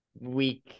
week